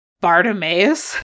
Bartimaeus